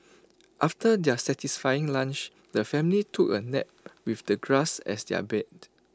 after their satisfying lunch the family took A nap with the grass as their bed